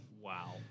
Wow